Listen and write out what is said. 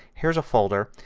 here's a folder.